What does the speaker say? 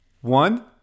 One